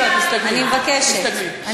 אני מבקשת.